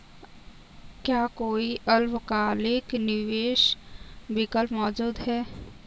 क्या कोई अल्पकालिक निवेश विकल्प मौजूद है?